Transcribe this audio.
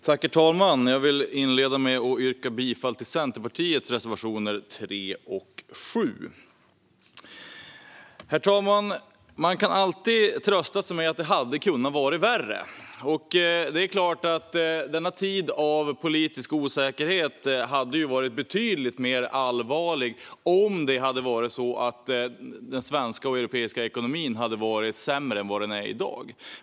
Herr talman! Jag vill inleda med att yrka bifall till Centerpartiets reservationer 3 och 7. Herr talman! Man kan alltid trösta sig med att det hade kunnat vara värre. Det är klart att denna tid av politisk osäkerhet hade varit betydligt allvarligare om den svenska och den europeiska ekonomin hade varit sämre än den är i dag.